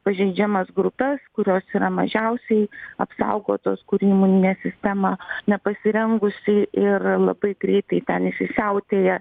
pažeidžiamas grupes kurios yra mažiausiai apsaugotos kurių imuninė sistema nepasirengusi ir labai greitai ten įsisiautėja